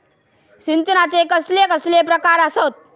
सिंचनाचे कसले कसले प्रकार आसत?